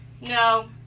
No